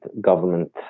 government